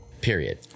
period